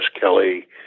Kelly